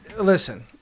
listen